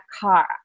car